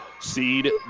seed